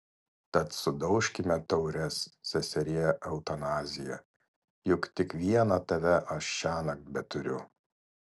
tad sudaužkime taures seserie eutanazija juk tik vieną tave aš šiąnakt beturiu